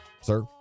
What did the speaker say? Sir